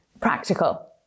practical